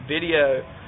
video